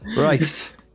right